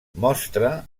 mostra